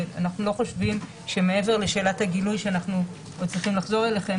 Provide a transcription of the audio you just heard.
אנחנו לא חושבים שמעבר לשאלת הגילוי שאנחנו עוד צריכים לחזור אליכם,